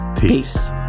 peace